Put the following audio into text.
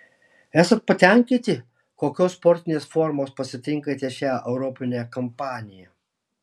esat patenkinti kokios sportinės formos pasitinkate šią europinę kampaniją